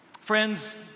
friends